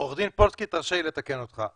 עורך דין פולסקי, תרשה לי לתקן אתך.